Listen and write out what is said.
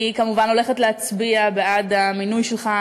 אני כמובן הולכת להצביע בעד המינוי שלך,